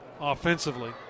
offensively